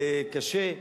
קשה,